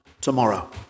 tomorrow